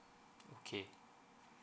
okay